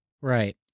Right